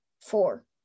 four